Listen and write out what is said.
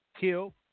Kill